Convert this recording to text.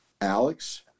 Alex